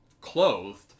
clothed